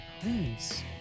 Please